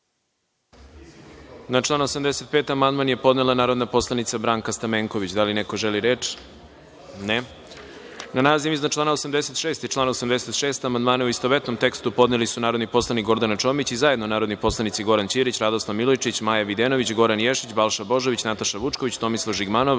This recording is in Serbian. Na član 85. amandman je podnela narodna poslanica Branka Stamenković. Da li neko želi reč? (Ne.)Na naziv iznad člana 86. i član 86. amandmane, u istovetnom tekstu, podneli su narodni poslanik Gordana Čomić i zajedno narodni poslanici Goran Ćirić, Radoslav Milojičić, Maja Videnović, Goran Ješić, Balša Božović, Nataša Vučković, Tomislav Žigmanov,